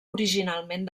originalment